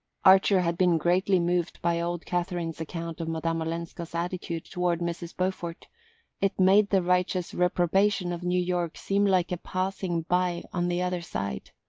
archer had been greatly moved by old catherine's account of madame olenska's attitude toward mrs. beaufort it made the righteous reprobation of new york seem like a passing by on the other side.